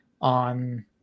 on